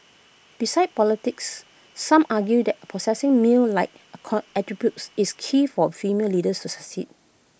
besides politics some argue that possessing male like attributes is key for female leaders to succeed